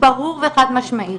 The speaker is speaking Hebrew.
ברור וחד-משמעי,